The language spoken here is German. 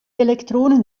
elektronen